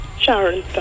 Sharon